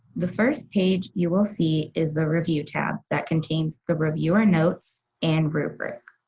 the first page you will see is the review tab that contains the reviewer notes and rubric.